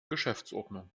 geschäftsordnung